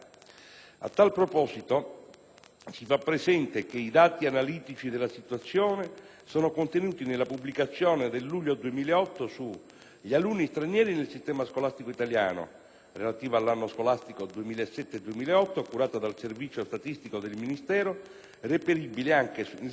si fa presente che i dati analitici della situazione sono contenuti nella pubblicazione del luglio 2008 su «Gli alunni stranieri nel sistema scolastico italiano», relativa all'anno scolastico 2007-2008, curata dal Servizio statistico del Ministero, reperibile anche nel sito Internet del Ministero medesimo.